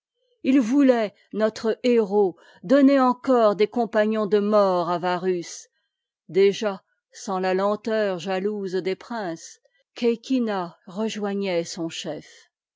li voulait notre héros donner encore des compagnons de mort à varus déjà sans ta ten teurjatousedes princes csecina rejoignait son chef